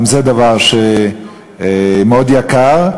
גם זה דבר מאוד יקר,